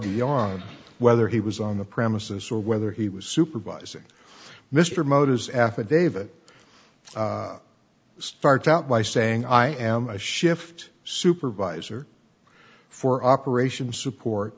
beyond whether he was on the premises or whether he was supervising mr motors affidavit start out by saying i am a shift supervisor for operations support